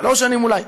שלוש שנים אולי.